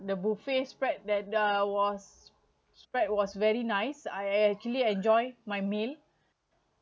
the buffet spread that uh was spread was very nice I actually enjoy my meal